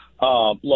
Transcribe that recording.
Look